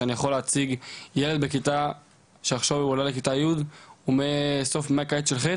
שאני יכול להציג ילד שעכשיו עולה לכיתה י' ומהקיץ של ח'